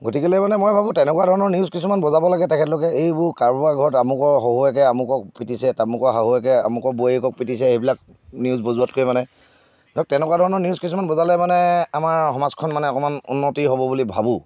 গতিকেলৈ মানে মই ভাবোঁ তেনেকুৱা ধৰণৰ নিউজ কিছুমান বজাব লাগে তেখেতলোকে এইবোৰ কাৰোবাৰ ঘৰত আমুকৰ শহুৰেকে আমুকক পিটিছে তামুকৰ শাহুৱেকে আমুকৰ বোৱাৰীয়েকক পিটিছে সেইবিলাক নিউজ বজোৱাতকৈ মানে ধৰক তেনেকুৱা ধৰণৰ নিউজ কিছুমান বজালে মানে আমাৰ সমাজখন মানে অকণমান উন্নতি হ'ব বুলি ভাবোঁ